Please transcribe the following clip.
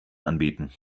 anbieten